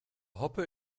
hoppe